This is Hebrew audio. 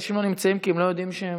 ואנשים לא נמצאים כי הם לא יודעים שהם,